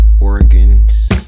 organs